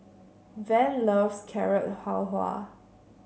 Van loves Carrot Halwa